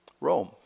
Rome